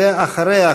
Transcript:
ואחריה,